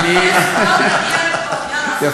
התנצל נא, התנצל נא.